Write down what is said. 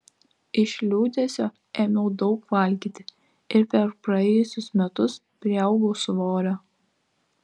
iš liūdesio ėmiau daug valgyti ir per praėjusius metus priaugau svorio